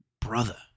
Brother